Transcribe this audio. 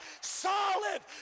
solid